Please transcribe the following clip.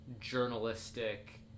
Journalistic